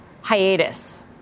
hiatus